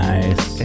Nice